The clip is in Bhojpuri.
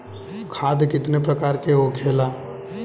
खाद कितने प्रकार के होखेला?